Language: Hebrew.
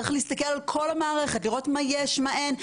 צריך להסתכל על כל המערכת, לראות מה יש, מה אין.